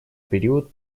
период